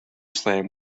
slam